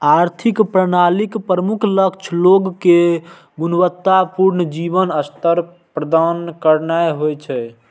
आर्थिक प्रणालीक प्रमुख लक्ष्य लोग कें गुणवत्ता पूर्ण जीवन स्तर प्रदान करनाय होइ छै